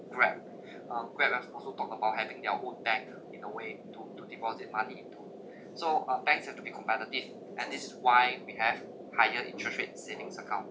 Grab uh Grab have also talk about having their own bank in a way to to deposit money to so uh banks have to be competitive and this is why we have higher interest rate savings account yeah